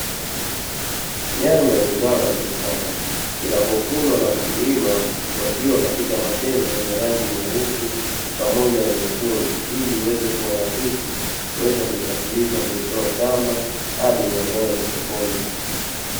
Nyanya ni zao la biashara zinapovunwa na mkulima hupakiwa katika matenga yenye rangi nyeusi, pamoja na nyekundu ili ziweze kuwa rahisi kuweza kusafirisha kuzitoa shamba hadi maeneo ya sokoni.